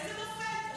איזה מופת?